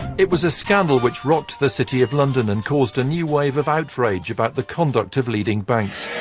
it was a scandal which rocked the city of london and caused a new wave of outrage about the conduct of leading banks.